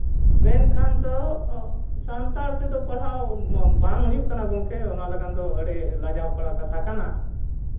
ᱢᱮᱱᱠᱷᱟᱱ ᱫᱚ ᱥᱟᱱᱛᱟᱲ ᱛᱮᱫᱚ ᱯᱟᱲᱦᱟᱣ ᱵᱟᱝ ᱦᱩᱭᱩᱜ ᱠᱟᱱᱟ ᱜᱚᱢᱠᱮ ᱚᱱᱟ ᱞᱟᱹᱜᱤᱫ ᱫᱚ ᱟᱹᱰᱤ ᱞᱟᱡᱟᱣ ᱯᱟᱲᱟ ᱠᱟᱛᱷᱟ ᱠᱟᱱᱟ